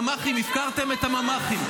ממ"חים, הפקרתם את הממ"חים.